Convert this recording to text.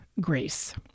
grace